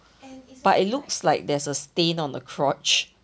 but it looks like there's a stain on the crotch